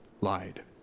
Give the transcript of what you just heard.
lied